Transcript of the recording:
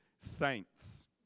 saints